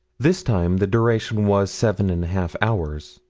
this time the duration was seven and a half hours.